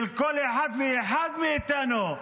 של כל אחד ואחד מאיתנו.